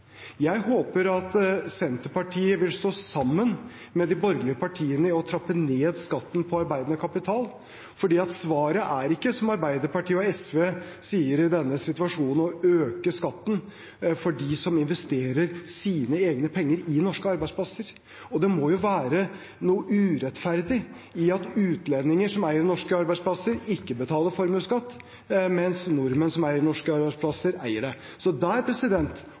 Jeg håper at Senterpartiet vil stå sammen med de borgerlige partiene i å trappe ned skatten på arbeidende kapital. For svaret er ikke, som Arbeiderpartiet og SV sier, i denne situasjonen å øke skatten for dem som investerer sine egne penger i norske arbeidsplasser. Det må jo være noe urettferdig i at utlendinger som eier norske arbeidsplasser, ikke betaler formuesskatt, mens nordmenn som eier norske arbeidsplasser, gjør det. Så der